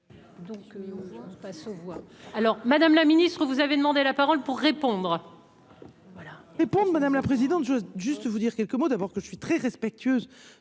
Madame la Ministre, vous avez demandé la parole pour répondre.